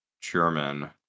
German